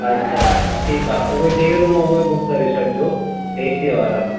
अछा अछा ठीकु आहे उहे टे रुम उहे बुक करे छॾिजो एसीअ वारा